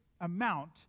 amount